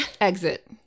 Exit